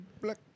Black